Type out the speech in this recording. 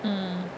mm